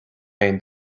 aon